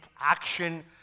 action